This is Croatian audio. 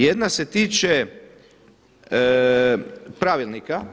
Jedna se tiče pravilnika.